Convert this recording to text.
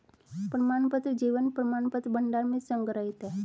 प्रमाणपत्र जीवन प्रमाणपत्र भंडार में संग्रहीत हैं